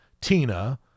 Tina